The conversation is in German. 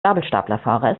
gabelstaplerfahrer